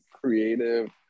creative